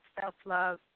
self-love